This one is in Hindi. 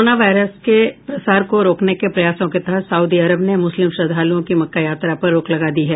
कोरोना वायरस के प्रसार को रोकने के प्रयासों के तहत सऊदी अरब ने मुस्लिम श्रद्धालुओं की मक्का यात्रा पर रोक लगा दी है